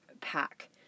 pack